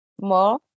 more